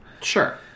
Sure